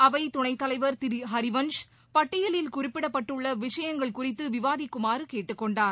அவை துணைத்தலைவர் திரு ஹரிவன்ஷ் பட்டியலில் குறிப்பிடப்பட்டுள்ள விஷயங்கள் குறித்து விவாதிக்குமாறு கேட்டுக்கொண்டார்